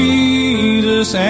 Jesus